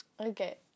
Okay